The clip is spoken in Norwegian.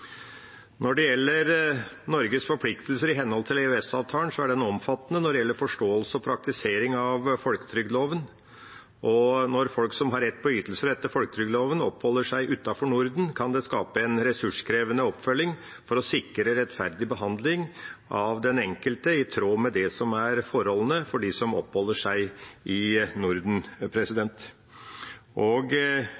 Når det gjelder Norges forpliktelser i henhold til EØS-avtalen, er den omfattende når det gjelder forståelse og praktisering av folketrygdloven. Og når folk som har rett til ytelser etter folketrygdloven, oppholder seg utenfor Norden, kan det skape en ressurskrevende oppfølging for å sikre rettferdig behandling av den enkelte i tråd med det som er forholdene for dem som oppholder seg i Norden.